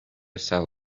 سوارت